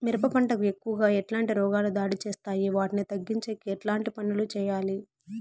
మిరప పంట కు ఎక్కువగా ఎట్లాంటి రోగాలు దాడి చేస్తాయి వాటిని తగ్గించేకి ఎట్లాంటి పనులు చెయ్యాలి?